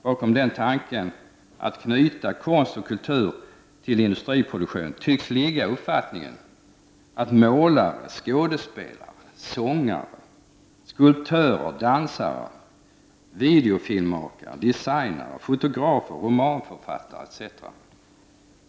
Bakom tanken att knyta konst och kultur till industriproduktion tycks ligga uppfattningen att målare, skådespelare, sångare, skulptörer, dansare, videofilmmakare, designare, fotografer, romanförfattare etc.